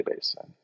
database